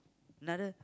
another